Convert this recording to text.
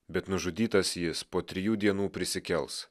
bet nužudytas jis po trijų dienų prisikels